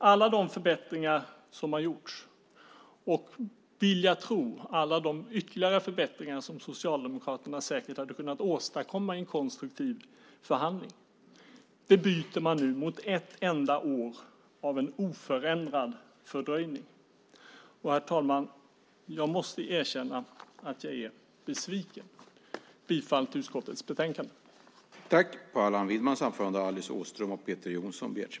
Alla de förbättringar som har gjorts och, vill jag tro, alla de ytterligare förbättringar som Socialdemokraterna säkert hade kunnat åstadkomma i en konstruktiv förhandling byter man nu mot ett enda år av fördröjning utan förändringar. Herr talman! Jag måste erkänna att jag är besviken. Jag yrkar bifall till förslaget i utskottets betänkande.